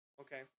Okay